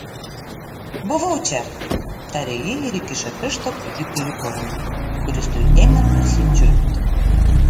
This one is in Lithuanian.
buvau čia tarė ji ir įkišo pirštą kūdikiui į burną kuris tuoj ėmė garsiai čiulpti